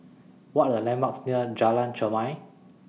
What Are The landmarks near Jalan Chermai